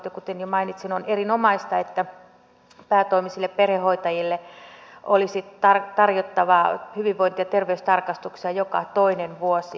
ja kuten jo mainitsin on erinomaista että päätoimisille perhehoitajille olisi tarjottava hyvinvointi ja terveystarkastuksia joka toinen vuosi